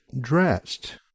dressed